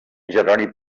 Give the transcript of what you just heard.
jeroni